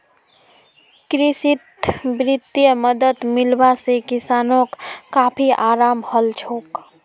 कृषित वित्तीय मदद मिलवा से किसानोंक काफी अराम हलछोक